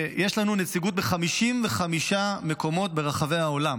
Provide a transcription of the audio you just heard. ויש לנו נציגות ב-55 מקומות ברחבי העולם